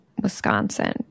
Wisconsin